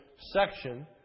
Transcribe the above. section